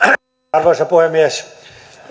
arvoisa puhemies